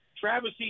Travis